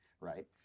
right